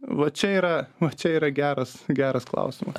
va čia yra va čia yra geras geras klausima